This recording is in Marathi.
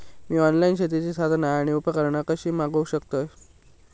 मी ऑनलाईन शेतीची साधना आणि उपकरणा कशी मागव शकतय?